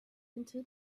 into